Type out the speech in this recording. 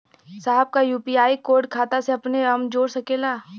साहब का UPI code खाता से अपने हम जोड़ सकेला?